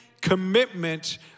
commitment